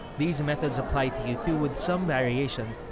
these methods apply to you too with some variations.